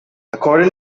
according